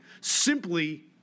simply